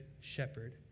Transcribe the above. shepherd